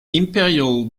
imperial